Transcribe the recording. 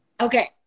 Okay